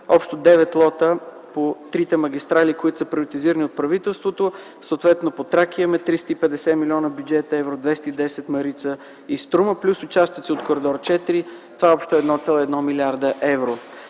общо 9 лота по трите магистрали, които са приватизирани от правителството. Съответно по „Тракия” имаме 350 милиона – бюджет евро; 210 – „Марица” и „Струма” плюс участието от коридор 4. Това е общо 1,1 млрд. евро.